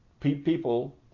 People